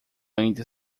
ainda